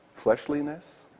Fleshliness